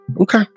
okay